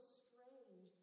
strange